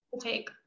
take